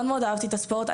מאוד אהבתי את הספורט.